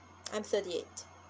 I'm thirty eight